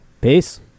peace